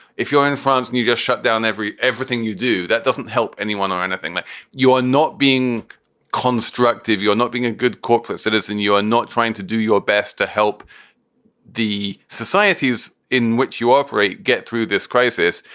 if you're in france and you just shut down every everything you do that doesn't help anyone or anything, that you are not being constructive, you are not being a good corporate citizen. you are not trying to do your best to help the societies in which you operate. get through this crisis,